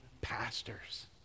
pastors